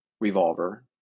revolver